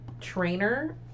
trainer